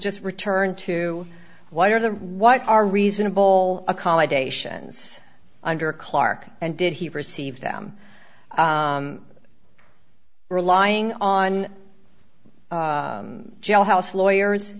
just return to what are the what are reasonable accommodations under clark and did he receive them relying on jailhouse lawyers